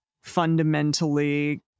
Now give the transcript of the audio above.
fundamentally